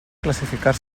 classificar